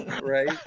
right